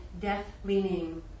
death-leaning